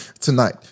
Tonight